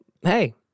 hey